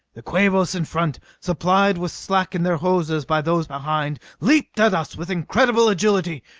the quabos in front, supplied with slack in their hoses by those behind, leaped at us with incredible agility.